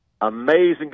amazing